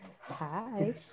Hi